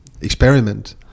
experiment